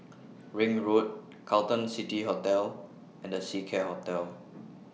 Ring Road Carlton City Hotel and The Seacare Hotel